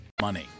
Money